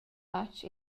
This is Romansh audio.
fatg